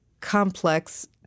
complex